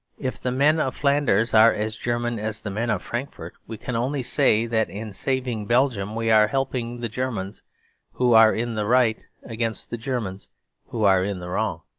if the men of flanders are as german as the men of frankfort, we can only say that in saving belgium we are helping the germans who are in the right against the germans who are in the wrong.